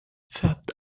färbt